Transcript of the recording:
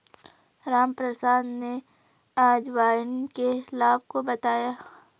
रामप्रसाद ने अजवाइन के लाभ को बताया